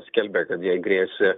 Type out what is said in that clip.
skelbė kad jai grėsė